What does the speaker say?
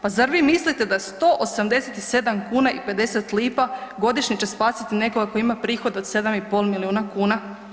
Pa zar vi mislite da 187,50 kuna godišnje će spasiti nekoga tko ima prihod od 7,5 milijuna kuna?